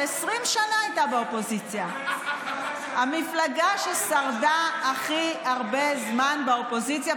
ש-20 שנה הייתה באופוזיציה המפלגה ששרדה הכי הרבה זמן באופוזיציה,